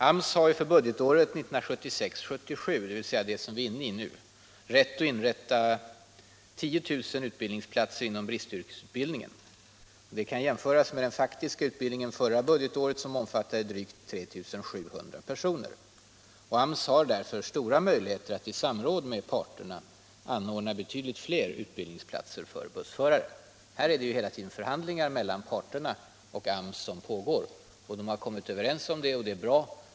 AMS har för innevarande budgetår, 1976/77, tillstånd att inrätta 10 000 platser inom bristyrkesutbildningen. Det kan jämföras med den faktiska utbildningen förra budgetåret, som omfattade drygt 3 700 platser. AMS har därför stora möjligheter att i samråd med arbetsmarknadsparterna anordna betydligt fler utbildningsplatser för bussförare. Här pågår hela tiden förhandlingar mellan dessa parter och AMS. De har kommit överens om detta, och det är bra.